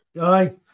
Aye